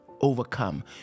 overcome